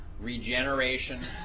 regeneration